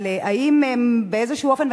אבל האם באיזה אופן,